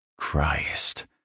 Christ